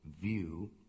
View